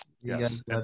yes